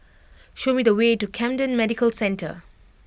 show me the way to Camden Medical Centre